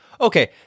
Okay